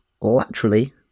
laterally